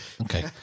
Okay